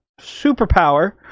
superpower